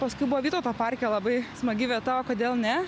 paskui buvo vytauto parke labai smagi vieta o kodėl ne